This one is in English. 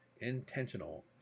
Intentional